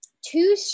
two